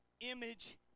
image